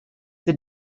the